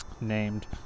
named